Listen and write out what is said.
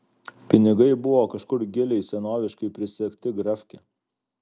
pinigai buvo kažkur giliai senoviškai prisegti grafke